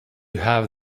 have